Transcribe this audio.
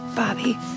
Bobby